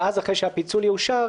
ואז אחרי שהפיצול יאושר,